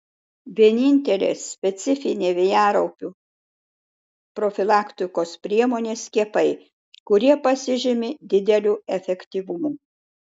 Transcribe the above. vienintelė specifinė vėjaraupių profilaktikos priemonė skiepai kurie pasižymi dideliu efektyvumu